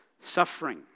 suffering